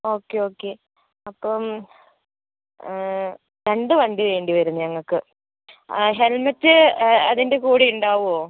okay okay അപ്പം രണ്ടു വണ്ടി വേണ്ടിവരും ഞങ്ങൾക്ക് ഹെൽമറ്റ് അതിൻ്റെ കൂടെ ഉണ്ടാവുമോ